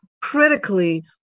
Critically